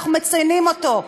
אנחנו מציינים אותו,